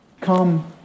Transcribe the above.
come